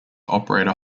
operator